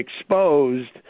exposed